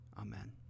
Amen